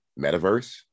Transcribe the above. metaverse